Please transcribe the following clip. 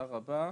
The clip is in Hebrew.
תודה רבה.